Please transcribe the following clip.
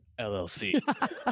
LLC